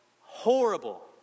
horrible